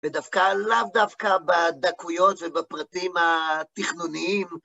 ודווקא, לאו דווקא בדקויות ובפרטים התכנוניים.